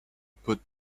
put